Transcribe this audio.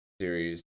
series